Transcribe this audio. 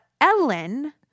Ellen